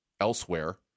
elsewhere